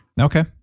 Okay